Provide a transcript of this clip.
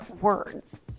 words